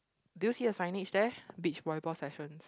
do you see a signage there beach volleyball session